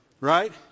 Right